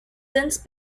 since